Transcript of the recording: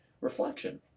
reflection